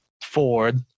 Ford